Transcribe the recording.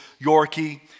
yorkie